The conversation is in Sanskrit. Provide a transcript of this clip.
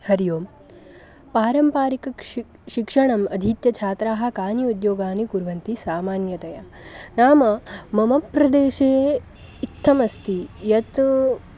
हरिः ओं पारम्परिकं शिक्षणम् अधीत्य छात्राः कानि उद्योगानि कुर्वन्ति सामान्यतया नाम मम प्रदेशे इत्थमस्ति यत्